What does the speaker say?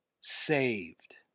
saved